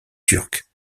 turques